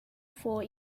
four